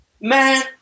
Man